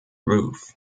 roof